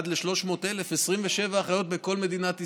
1 ל-300,000, 27 אחיות בכל מדינת ישראל.